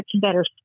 better